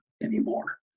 anymore